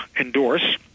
endorse